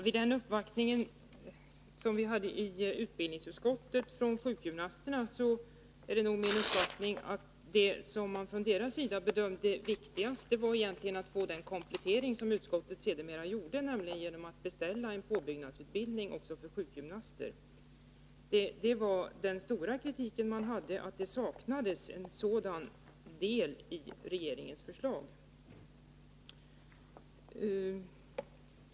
Herr talman! Av den uppvaktning som sjukgymnasterna gjorde i utbildningsutskottet framgick enligt min uppfattning att det viktigaste för dem var att få den komplettering som utskottet sedermera gjorde genom att beställa en påbyggnadsutbildning också för sjukgymnaster. Deras kritik riktades alltså framför allt mot att det saknades en sådan del i regeringens förslag.